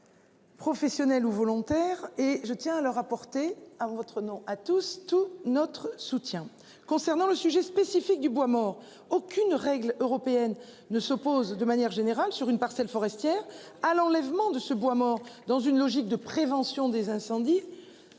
Professionnels ou volontaires, et je tiens à leur apporter à votre nom à tous, tout notre soutien concernant le sujet spécifique du bois mort, aucune règle européenne ne se pose de manière générale, sur une parcelle forestière à l'enlèvement de ce bois mort dans une logique de prévention des incendies.